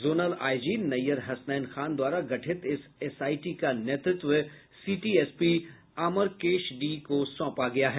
zonal I G Nayyar Hasnain Khan द्वारा गठित इस एसआईटी का नेतृत्व city S P Amarkesh D को सौंपा गया हैं